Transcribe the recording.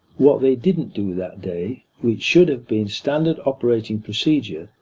what they didn't do that day, which should have been standard operating procedure,